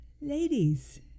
Ladies